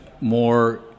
more